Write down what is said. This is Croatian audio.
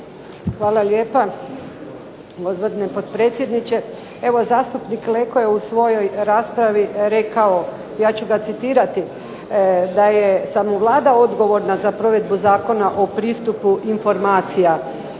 Hvala lijepa, gospodine potpredsjedniče. Evo zastupnik Leko je u svojoj raspravi rekao, ja ću ga citirati, da je samo Vlada odgovorna za provedbu Zakona o pristupu informacija.